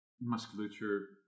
Musculature